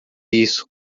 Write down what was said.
isso